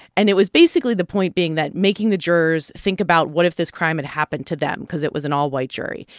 and it was basically the point being that making the juror think about, what if this crime had happened to them? because it was an all-white jury.